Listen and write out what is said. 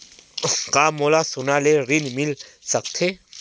का मोला सोना ले ऋण मिल सकथे?